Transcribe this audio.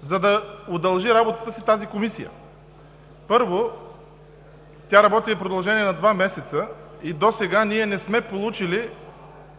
за да се удължи работата на тази Комисия. Първо, тя работи в продължение на два месеца и досега не сме получили,